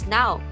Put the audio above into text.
now